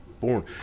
born